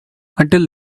until